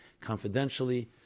confidentially